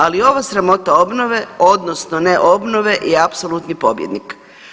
Ali, ova sramota obnove odnosno neobnove je apsolutni pobjednik.